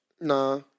Nah